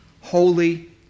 holy